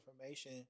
information